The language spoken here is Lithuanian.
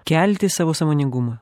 kelti savo sąmoningumą